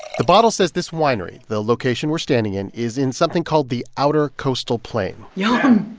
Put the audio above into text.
the bottle says this winery the location we're standing in is in something called the outer coastal plain yeah